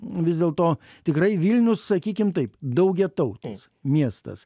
vis dėlto tikrai vilnius sakykim taip daugiatautis miestas